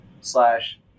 Slash